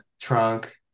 trunk